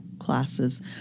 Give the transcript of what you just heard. classes